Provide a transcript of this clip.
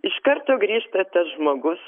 iš karto grįžta tas žmogus